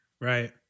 Right